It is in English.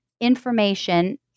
information